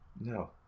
No